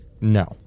no